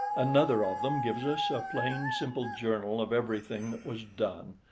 another of them gives us a plain simple journal of everything that was done,